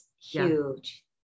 huge